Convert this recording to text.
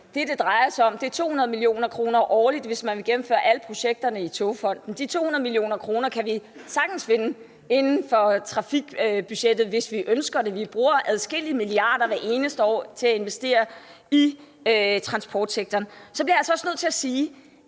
Det, det drejer sig om, er 200 mio. kr. årligt, hvis man vil gennemføre alle projekterne i Togfonden DK. De 200 mio. kr. kan vi sagtens finde på trafikbudgettet, hvis vi ønsker det. Vi bruger adskillige milliarder hvert eneste år til at investere i transportsektoren. Så bliver jeg altså også nødt til sige,